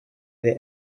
their